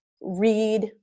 read